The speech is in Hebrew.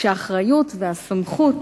כשהאחריות והסמכות